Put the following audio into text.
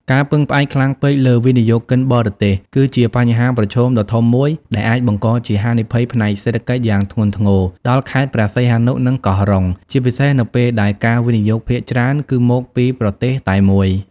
ការពឹងផ្អែកខ្លាំងពេកលើវិនិយោគិនបរទេស គឺជាបញ្ហាប្រឈមដ៏ធំមួយ ដែលអាចបង្កជា ហានិភ័យផ្នែកសេដ្ឋកិច្ចយ៉ាងធ្ងន់ធ្ងរ ដល់ខេត្តព្រះសីហនុ និងកោះរ៉ុង ជាពិសេសនៅពេលដែលការវិនិយោគភាគច្រើនគឺមកពី ប្រទេសតែមួយ។